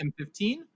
M15